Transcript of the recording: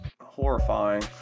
horrifying